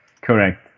Correct